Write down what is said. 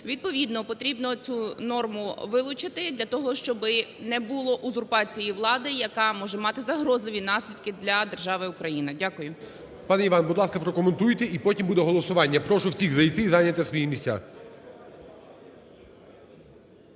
Відповідно потрібно цю норму вилучити для того, щоб не було узурпації влади, яка може мати загрозливі наслідки для держави Україна. Дякую. ГОЛОВУЮЧИЙ. Пане Іван, будь ласка, прокоментуйте. І потім буде голосування. Прошу всіх зайти і зайняти свої місця.